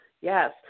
Yes